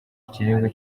ikirego